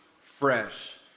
Fresh